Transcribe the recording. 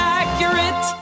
accurate